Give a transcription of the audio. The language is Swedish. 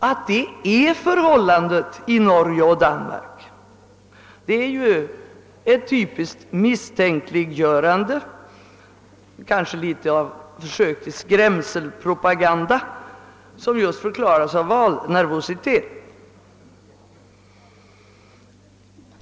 Att Norge och Danmark har en borgerlig regering är ett typiskt misstänkliggörande, kanske ett litet försök till skrämselpropaganda som förklaras av valnervositet.